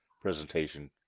presentation